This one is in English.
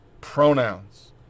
pronouns